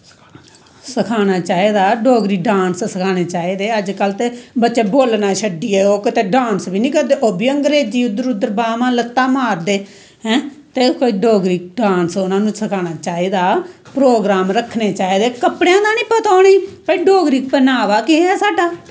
सखाना चाही दा डोगरी डांस सखाने चाही दे अज कल ते बच्चा बोल्लना छड्डियै कुतै डांस बी नी करदे ओह् बी अंग्रेजी उध्दर उध्दर बाह्मां लत्तां मारदे हैं ते कोई डोगरी डांस उनां नू सखाना चाही दा प्रोगरॉम रक्खने चाही दे कपड़ेआं दा नी पता उनें भाई डोगरी पैह्नावा केह् ऐ साढ़ा